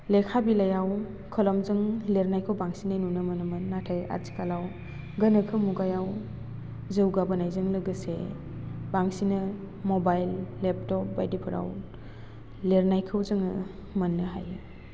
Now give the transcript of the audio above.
लेखा बिलाइयाव कलमजों लिरनायखौ बंसिनै नुनो मोनोमोन नाथाय आथिखालाव गोनोखो मुगायाव जौगाबोनायजों लोगोसे बांसिनै मबाइल लेपटप बायदिफोराव लिरनायखौ जोङो मोन्नो हायो